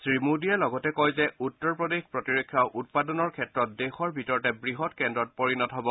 শ্ৰীমোদীয়ে লগতে কয় যে উত্তৰ প্ৰদেশ প্ৰতিৰক্ষা উৎপাদনৰ ক্ষেত্ৰত দেশৰ ভিতৰতে বৃহৎ কেদ্ৰত পৰিণত হ'ব